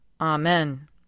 Amen